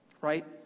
right